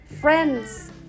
friends